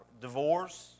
Divorce